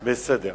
בסדר.